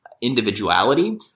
individuality